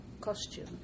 costume